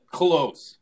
close